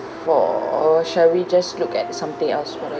four or shall we just look at something else what are